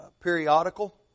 periodical